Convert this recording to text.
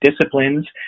disciplines